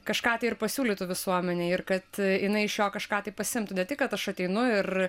kažką tai ir pasiūlytų visuomenei ir kad jinai iš jo kažką tai pasiimtų ne tik kad aš ateinu ir